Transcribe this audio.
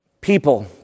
people